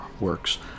works